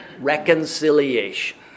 reconciliation